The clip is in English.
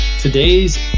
Today's